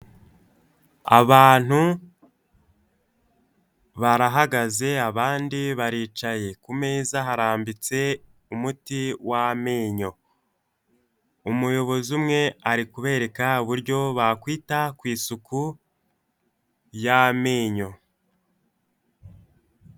Abantu barahagaze abandi baricaye, ku meza harambitse umuti w'amenyo, umuyobozi umwe ari kubereka uburyo bakwita ku isuku y'amenyo.